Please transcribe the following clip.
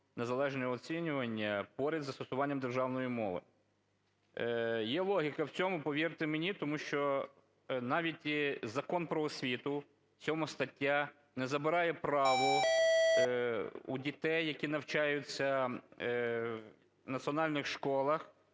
незалежного оцінювання поряд з застосуванням державної мови. Є логіка в цьому, повірте мені. Тому що навіть Закон "Про освіту", 7 стаття, не забирає право у дітей, які навчаються у національних школах,